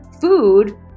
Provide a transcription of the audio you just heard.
food